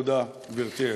תודה, גברתי היושבת-ראש.